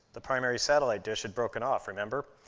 the primary satellite dish had broken off, remember?